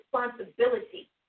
responsibility